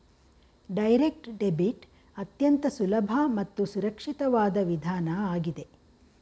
direct debit ಅತ್ಯಂತ ಸುಲಭ ಮತ್ತು ಸುರಕ್ಷಿತವಾದ ವಿಧಾನ ಆಗಿದೆ